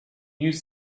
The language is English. use